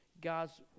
God's